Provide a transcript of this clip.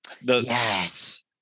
Yes